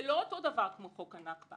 זה לא אותו דבר כמו חוק הנכבה,